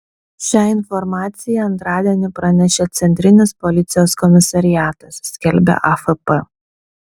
šią informaciją antradienį pranešė centrinis policijos komisariatas skelbia afp